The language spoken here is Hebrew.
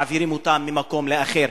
מעבירים אותם ממקום אחד לאחר.